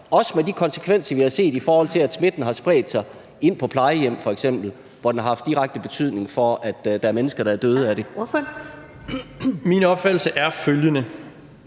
også med de konsekvenser, vi har set, i forhold til at smitten har spredt sig ind på plejehjem f.eks., hvor den har haft betydning for, at mennesker er døde? Kl. 15:58 Første næstformand